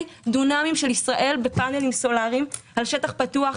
דונמים של ישראל בפנלים סולריים על שטח פתוח,